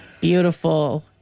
Beautiful